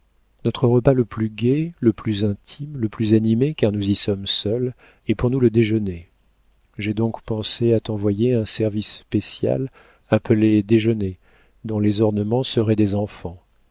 notre repas le plus gai le plus intime le plus animé car nous y sommes seuls est pour nous le déjeuner j'ai donc pensé à t'envoyer un service spécial appelé déjeuner dont les ornements seraient des enfants